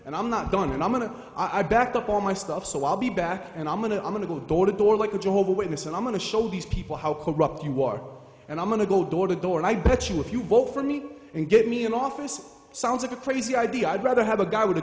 and i'm not done and i'm going to i back up all my stuff so i'll be back and i'm going to i'm going to go door to door like a jehovah witness and i'm going to show these people how corrupt you walk and i'm going to go door to door and i bet you if you vote for me and get me in office sounds like a crazy idea i'd rather have a guy with a